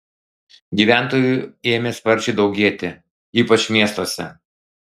gyventojų ėmė sparčiai daugėti ypač miestuose